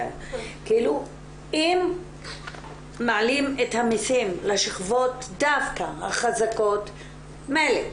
אם מעלים את המסים לשכבות דווקא החזקות, מילא.